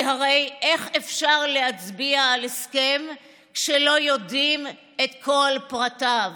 כי הרי איך אפשר להצביע על הסכם שלא יודעים את כל פרטיו?